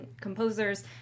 composers